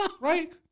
right